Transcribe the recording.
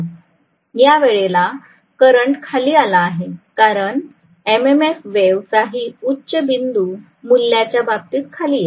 या वेळेला करंट खाली आला आहे कारण एम एम फ वेव्ह चाही उच्च बिंदू मुल्याच्या बाबतीत खाली येईल